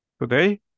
today